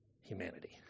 humanity